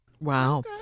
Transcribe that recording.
Wow